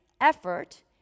effort